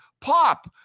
Pop